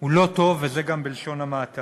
הוא לא טוב, וזה גם בלשון המעטה.